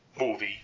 movie